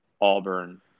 Auburn